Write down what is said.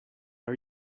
are